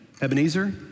Ebenezer